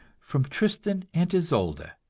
from tristan and isolde,